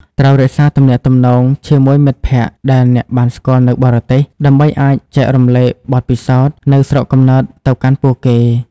ត្រូវរក្សាទំនាក់ទំនងជាមួយមិត្តភក្តិដែលអ្នកបានស្គាល់នៅបរទេស ដើម្បីអាចចែករំលែកបទពិសោធន៍ នៅស្រុកកំណើតទៅកាន់ពួកគេ។